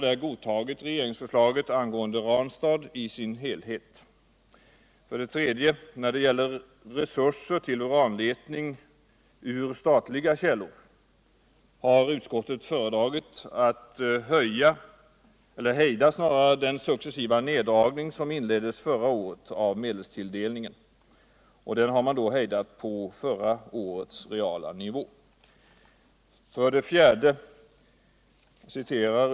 När det gäller resurser ur statliga källor till uranletning har utskottet föredragit att hejda den successiva neddragning av medelstilldelning som inleddes förra året. Den har då hejdats på förra årets reala nivå. 4.